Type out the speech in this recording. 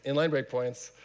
and line-break points,